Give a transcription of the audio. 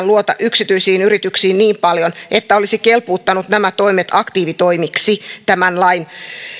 luota yksityisiin yrityksiin niin paljon että olisi kelpuuttanut nämä toimet aktiivitoimiksi tämän lain